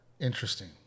interesting